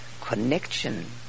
connection